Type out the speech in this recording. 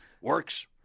Works